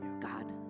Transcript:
God